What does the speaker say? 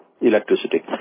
electricity